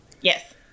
Yes